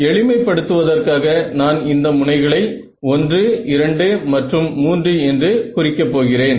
எளிமை படுத்துவதற்காக நான் இந்த முனைகளை 12 மற்றும் 3 என்று குறிக்க போகிறேன்